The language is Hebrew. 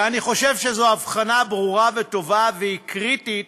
ואני חושב שזו הבחנה ברורה וטובה, והיא קריטית